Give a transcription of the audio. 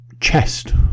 chest